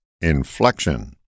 Inflection